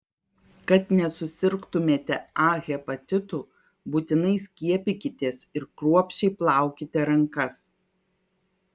kad nesusirgtumėte a hepatitu būtinai skiepykitės ir kruopščiai plaukite rankas